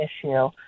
issue